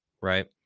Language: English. right